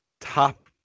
top